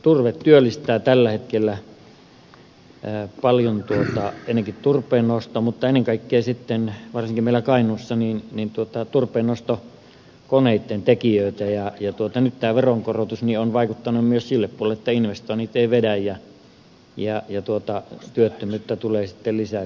turve työllistää tällä hetkellä paljon etenkin turpeen nosto ennen kaikkea varsinkin meillä kainuussa turpeennostokoneitten tekijöitä ja nyt tämä veronkorotus on vaikuttanut myös sille puolelle että investoinnit eivät vedä ja työttömyyttä tulee lisää siltä puolelta